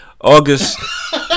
August